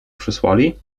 przysłali